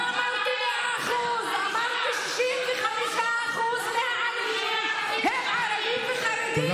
מותר לי לדבר על ערבים, אני חבר כנסת.